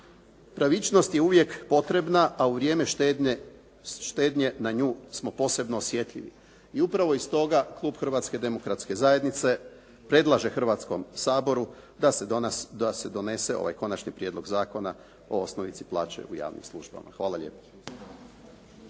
Pravičnost je uvijek potrebna a u vrijeme štednje na nju smo posebno osjetljivi i upravo iz toga klub Hrvatske demokratske zajednice predlaže Hrvatskom saboru da se donese ovaj Konačni prijedlog zakona o osnovici plaće u javnim službama. Hvala lijepo.